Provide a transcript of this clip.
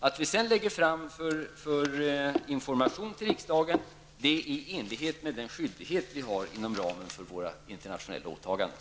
Att vi sedan lägger fram information för riksdagen sker i enlighet med den skyldighet vi har inom ramen för våra internationella åtaganden.